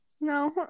No